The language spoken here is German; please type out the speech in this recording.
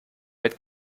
mit